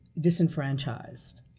disenfranchised